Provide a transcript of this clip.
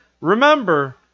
remember